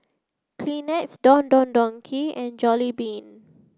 Kleenex Don Don Donki and Jollibean